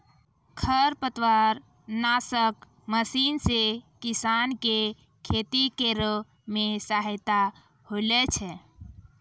खरपतवार नासक मशीन से किसान के खेती करै मे सहायता होलै छै